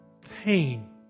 pain